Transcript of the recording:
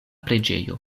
preĝejo